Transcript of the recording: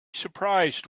surprised